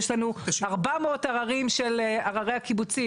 יש לנו 400 עררים של עררי הקיבוצים.